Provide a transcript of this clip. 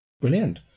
Brilliant